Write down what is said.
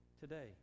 today